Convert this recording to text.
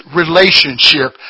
relationship